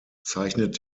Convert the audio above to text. zeichnet